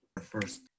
first